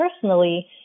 personally